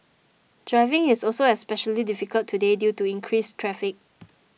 driving is also especially difficult today due to increased traffic